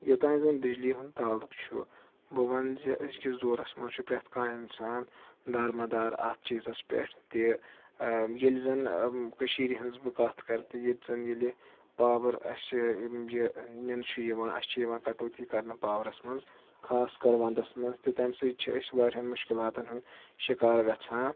یوٚتانۍ زَن بجلی ہُنٛد تعلق چھُ بہٕ وَنہٕ زِ أزۍ کِس دورَس منٛز چھُ پرٛیٚتھ کانٛہہ اِنسان دار و مدار اَتھ چیٖزَس پٮ۪ٹھ تہِ ییٚلہِ زَن کٔشیٖرِ ہِنٛز بہٕ کَتھ کَرٕ تہٕ ییٚتہِ زَن ییٚلہِ پاوَر اسہِ یہِ نِنہٕ چھُ یِوان اسہِ چھِ یِوان کَٹوتی کَرنہٕ پاورَس منٛز خاص کَر وَنٛدَس منٛز تہٕ تَمہِ سۭتۍ چھِ أسۍ واریاہَن مُشکِلاتَن ہُنٛد شِکار گَژھان